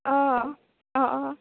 অঁ অঁ অঁ